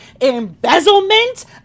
embezzlement